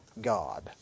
God